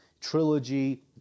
trilogy